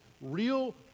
real